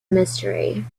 mystery